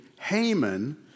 Haman